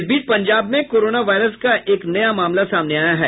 इस बीच पंजाब में कोरोना वायरस का एक नया मामला सामने आया है